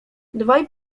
dwaj